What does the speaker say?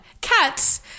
Cats